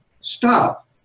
stop